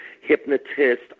hypnotist